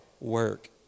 work